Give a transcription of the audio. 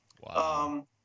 Wow